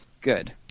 Good